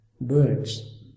birds